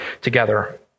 together